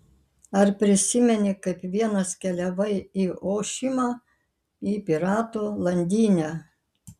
ar prisimeni kaip vienas keliavai į ošimą į piratų landynę